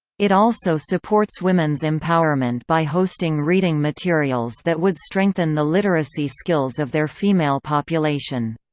it also supports women's empowerment by hosting reading materials that would strengthen the literacy skills of their female population.